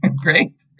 Great